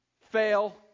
fail